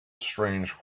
strange